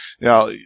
Now